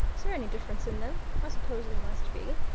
is there any difference in them? i suppose there must be.